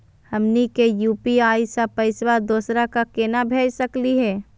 हमनी के यू.पी.आई स पैसवा दोसरा क केना भेज सकली हे?